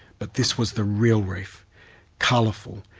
but this was the real reef colourful,